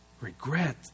Regret